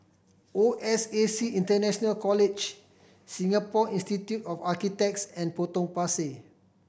O S A C International College Singapore Institute of Architects and Potong Pasir